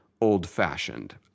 old-fashioned